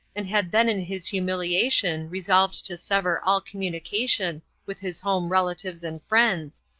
and had then in his humiliation resolved to sever all communication with his home relatives and friends,